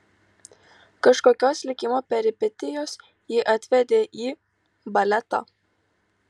kažkokios likimo peripetijos jį atvedė į baletą